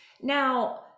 Now